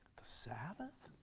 the sabbath,